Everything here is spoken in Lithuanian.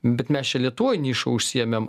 bet mes čia lietuvoj nišą užsiėmėm